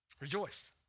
rejoice